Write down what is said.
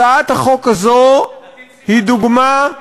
הצעת החוק הזו היא דוגמה,